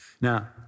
Now